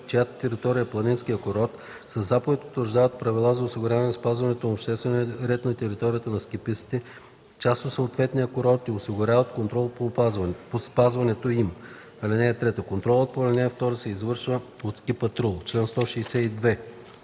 чиято територия е планинският курорт, със заповед утвърждават правила за осигуряване спазването на обществения ред на територията на ски пистите – част от съответния курорт, и осигуряват контрол по спазването им. (3) Контролът по ал. 2 се извършва и от ски патрул”. По чл.